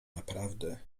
naprawdę